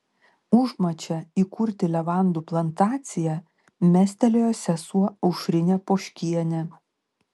užmačią įkurti levandų plantaciją mestelėjo sesuo aušrinė poškienė